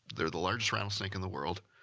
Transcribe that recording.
they're the largest rattlesnake in the world.